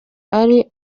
ari